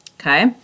Okay